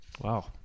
Wow